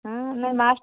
ହଁ ନାହିଁ